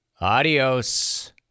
Adios